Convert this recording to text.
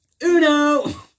Uno